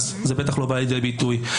זה בטח לא בא לידי ביטוי.